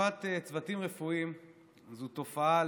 תקיפת צוותים רפואיים זו תופעה,